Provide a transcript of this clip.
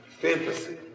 fantasy